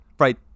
Right